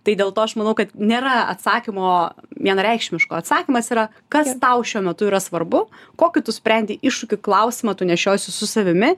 tai dėl to aš manau kad nėra atsakymo vienareikšmiško atsakymas yra kas tau šiuo metu yra svarbu kokį tu sprendi iššūkių klausimą tu nešiojiesi su savimi